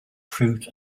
fruit